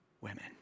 women